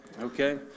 Okay